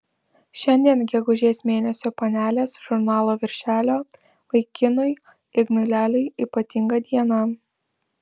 šiandien gegužės mėnesio panelės žurnalo viršelio vaikinui ignui leliui ypatinga diena